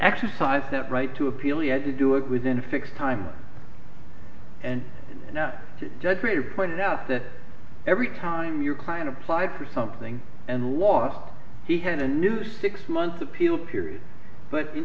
exercise that right to appeal you had to do it within a fixed time and not to judge later pointed out that every time your client applied for something and lost he had a new six month appeal period but i